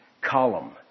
column